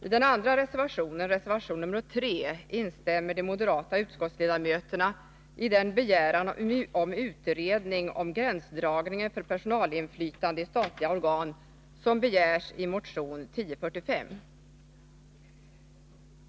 I den andra reservationen, nr 3, instämmer de moderata utskottsledamöterna i den begäran om utredning om gränsdragningen för personalinflytande i statliga organ som begärs i motion 1045.